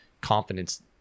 confidence